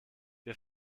wir